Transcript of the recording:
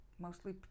Mostly